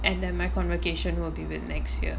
and then my convocation will be the next year